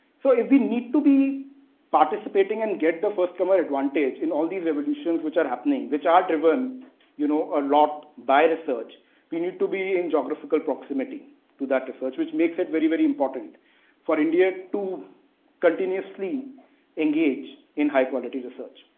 so, if we need to be participating and get the first comer advantage in all these revolutions, which are happening, which are driven you know a lot by research we need to be in geographical proximity to that research, which makes it very, very important for india to continuously engage in high-quality research.